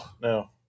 no